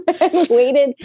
waited